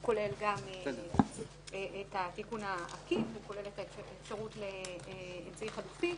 והוא כולל גם את התיקון העקיף ואת האפשרות לאמצעי חלופי.